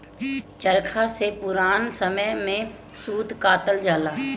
चरखा से पुरान समय में सूत कातल जाला